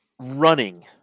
running